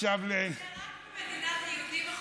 רק במדינת היהודים זה יכול לקרות.